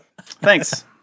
Thanks